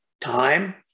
Time